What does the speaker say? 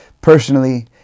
Personally